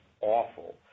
awful